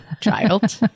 child